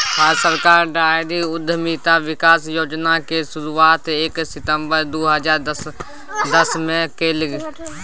भारत सरकार डेयरी उद्यमिता विकास योजनाक शुरुआत एक सितंबर दू हजार दसमे केलनि